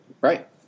Right